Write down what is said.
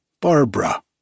Barbara